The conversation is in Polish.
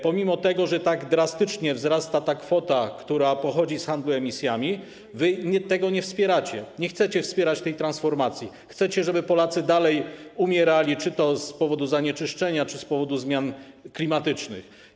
Pomimo tego, że tak drastycznie wzrasta kwota, która pochodzi z handlu emisjami, wy tego nie wspieracie, nie chcecie wspierać tej transformacji, chcecie, żeby Polacy dalej umierali czy to z powodu zanieczyszczenia, czy z powodu zmian klimatycznych.